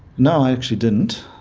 no i actually didn't,